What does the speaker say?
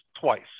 twice